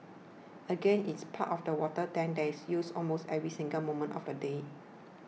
again it's part of the water tank that is used almost every single moment of the day